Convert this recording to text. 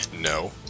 no